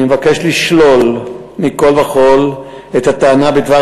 אני מבקש לשלול מכול וכול את הטענה בדבר